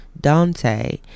Dante